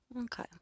Okay